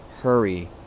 hurry